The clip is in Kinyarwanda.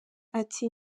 ati